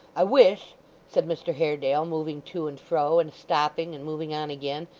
i wish said mr haredale, moving to and fro, and stopping, and moving on again,